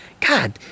God